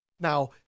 Now